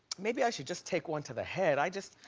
maybe i should just take one to the head, i just,